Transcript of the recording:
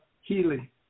Healy